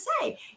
say